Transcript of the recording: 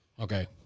Okay